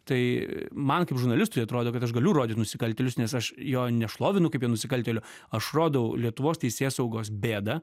tai man kaip žurnalistui atrodo kad aš galiu rodyt nusikaltėlius nes aš jo nešlovinu kaip nusikaltėlio aš rodau lietuvos teisėsaugos bėdą